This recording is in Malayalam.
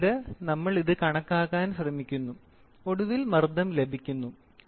പിന്നീട് നമ്മൾ ഇത് കണക്കാക്കാൻ ശ്രമിക്കുന്നു ഒടുവിൽ മർദ്ദം ലഭിക്കുന്നു